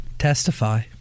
testify